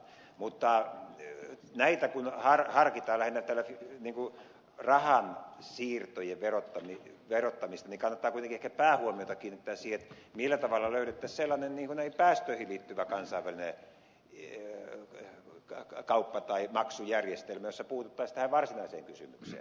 mutta kun näitä harkitaan lähinnä rahansiirtojen verottamista niin kannattaa kuitenkin ehkä päähuomiota kiinnittää siihen millä tavalla löydettäisiin sellainen näihin päästöihin liittyvä kansainvälinen kauppa tai maksujärjestelmä jossa puututtaisiin tähän varsinaiseen kysymykseen